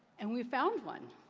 and we found one.